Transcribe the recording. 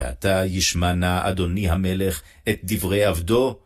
עתה ישמע נא, אדוני המלך, את דברי עבדו?